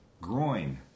Groin